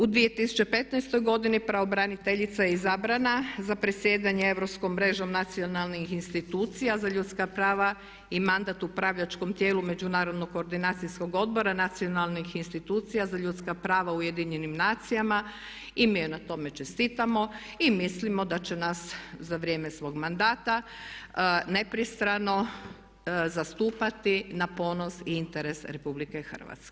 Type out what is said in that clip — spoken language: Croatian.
U 2015. godini pravobraniteljica je izabrana za predsjedanje Europskom mrežom nacionalnih institucija za ljudska prava i mandat u upravljačkom tijelu međunarodno koordinacijskog odbora, nacionalnih institucija za ljudska prava u Ujedinjenim nacijama i mi joj na tome čestitamo i mislimo da će nas za vrijeme svog mandata nepristrano zastupati na ponos i interes Rh.